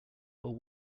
while